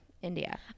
India